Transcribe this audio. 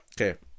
Okay